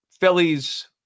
Phillies